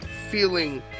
feeling